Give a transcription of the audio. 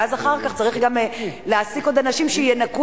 ואז אחר כך צריך גם להעסיק עוד אנשים שינקו